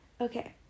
Okay